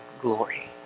glory